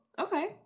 Okay